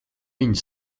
viņa